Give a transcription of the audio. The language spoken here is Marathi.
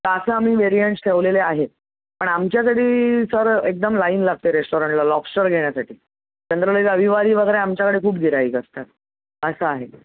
तर असे आम्ही व्हेरिएंटस ठेवलेले आहे पण आमच्या सर एकदम लाईन लागते रेस्टॉरंटला लॉबस्टर घेण्यासाठी जनरली रविवारी वगैरे आमच्याकडे खूप गिऱ्हाईक असतात असं आहे ते